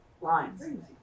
lines